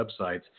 websites